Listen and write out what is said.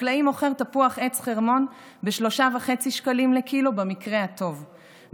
חקלאי מוכר תפוח עץ חרמון ב-3.5 שקלים לקילו במקרה הטוב,